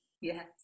Yes